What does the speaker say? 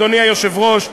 אדוני היושב-ראש,